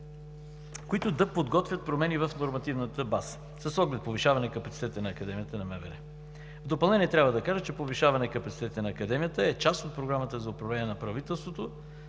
които да подготвят промени в нормативната база с оглед повишаване капацитета на Академията на МВР. В допълнение трябва да кажа, че повишаване капацитета на Академията е част от Програмата за управление на правителството